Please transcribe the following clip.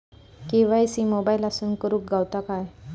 KYC मोबाईलातसून करुक गावता काय?